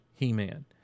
He-Man